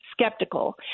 skeptical